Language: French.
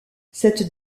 cette